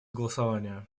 голосования